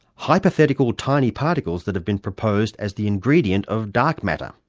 hypothetical tiny particles that have been proposed as the ingredient of dark matter.